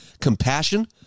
compassion